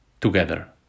together